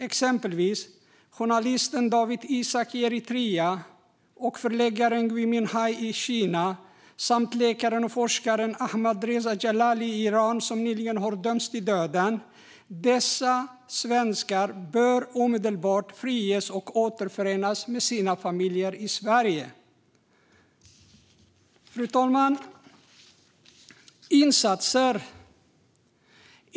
Exempel på sådana fall är journalisten Dawit Isaak i Eritrea, förläggaren Gui Minhai i Kina samt läkaren och forskaren Ahmadreza Djalali som nyligen dömts till döden i Iran. Dessa svenskar bör omedelbart friges och återförenas med sina familjer i Sverige. Fru talman!